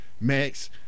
Max